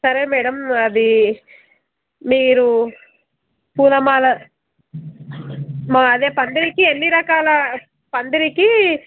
సరే మ్యాడమ్ అది మీరు పూలమాల మా అదే పందిరికి ఎన్ని రకాల పందిరికి